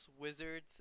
Wizards